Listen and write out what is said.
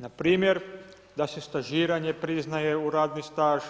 Npr. da se stažiranje priznaje u radni staž,